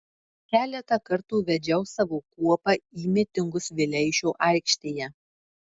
keletą kartų vedžiau savo kuopą į mitingus vileišio aikštėje